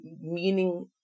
meaning